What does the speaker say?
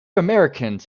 americans